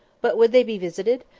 but would they be visited?